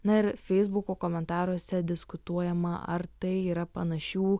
na ir feisbuko komentaruose diskutuojama ar tai yra panašių